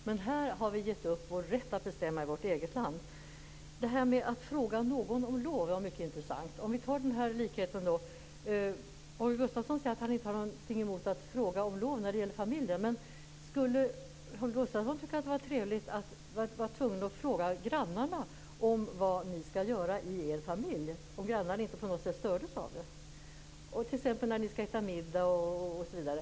Men här har vi gett upp vår rätt att bestämma i vårt eget land. Det som sades om att fråga någon om lov är mycket intressant. Holger Gustafsson sade att man inte har något emot att fråga om lov när det gäller familjen. Men skulle Holger Gustafsson tycka att det vore trevligt att vara tvungen att fråga grannarna om vad han och hans familj skall göra, om grannarna på något sätt inte stördes av det, t.ex. när ni skall äta middag osv.?